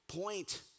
point